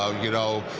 ah you know,